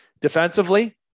Defensively